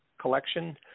collection